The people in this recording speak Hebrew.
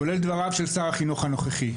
כולל דבריו של שר החינוך הנוכחי.